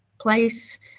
place